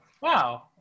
wow